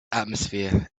atmosphere